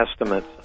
estimates